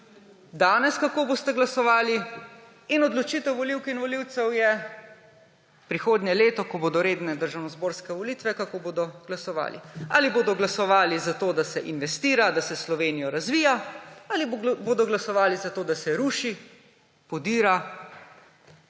danes, kako boste glasovali, in odločitev volivk in volivcev je prihodnje leto, ko bodo redne državnozborske volitve, kako bodo glasovali. Ali bodo glasovali za to, da se investira, da se Slovenijo razvija, ali bodo glasovali za to, da se ruši, podira